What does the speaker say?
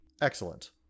Excellent